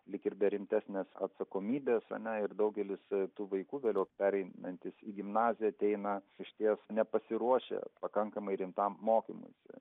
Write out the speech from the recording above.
lyg ir be rimtesnės atsakomybės ar ne ir daugelis tų vaikų vėliau pereinantys į gimnaziją ateina išties nepasiruošę pakankamai rimtam mokymuisi